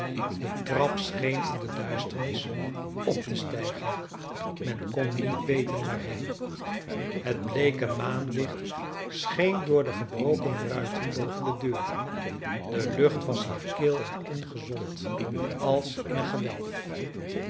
de trap scheen in de duisternis op te stijgen men kon niet weten waarheen het bleeke maanlicht scheen door de gebroken ruiten boven de deur de lucht was hier kil en ongezond als in een gewelf